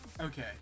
okay